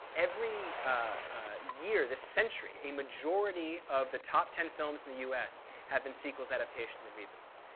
every year this century, a majority of the top ten films in the us have been sequels, adaptations, and reboots.